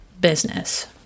business